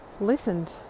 listened